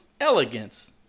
elegance